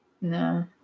No